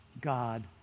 God